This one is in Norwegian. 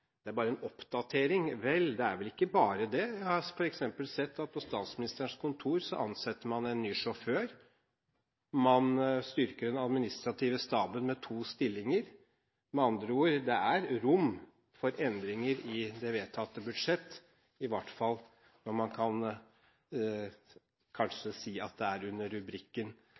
bare en oppdatering: Vel, det er ikke bare det. Jeg har f.eks. sett at på Statsministerens kontor ansetter man en ny sjåfør. Man styrker den administrative staben med to stillinger. Med andre ord: Det er rom for endringer i det vedtatte budsjett, i hvert fall når man kan si at det er under rubrikken